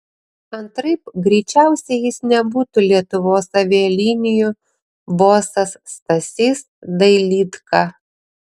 antraip greičiausiai jis nebūtų lietuvos avialinijų bosas stasys dailydka